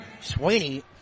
Sweeney